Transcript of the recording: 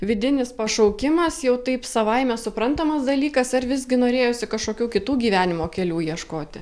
vidinis pašaukimas jau taip savaime suprantamas dalykas ar visgi norėjosi kažkokių kitų gyvenimo kelių ieškoti